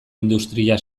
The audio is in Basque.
industria